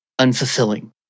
unfulfilling